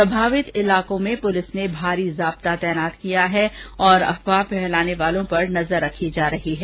प्रभावित इलाकों में पुलिस ने भारी जाब्ता तैनात किया है और अफवाह फैलाने वालों पर नजर रखी जा रही है